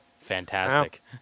Fantastic